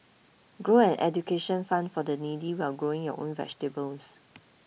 grow an education fund for the needy while growing your own vegetables